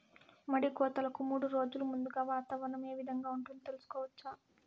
మడి కోతలకు మూడు రోజులు ముందుగా వాతావరణం ఏ విధంగా ఉంటుంది, తెలుసుకోవచ్చా?